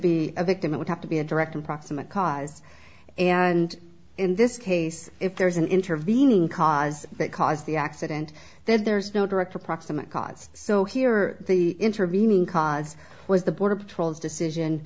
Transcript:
be a victim it would have to be a direct and proximate cause and in this case if there is an intervening cause that caused the accident then there's no direct or proximate cause so here are the intervening cause was the border patrol's decision